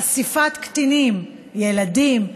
חשיפת קטינים, ילדים,